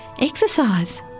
Exercise